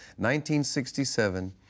1967